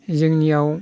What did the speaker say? जोंनियाव